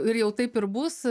ir jau taip ir bus